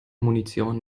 munition